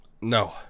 No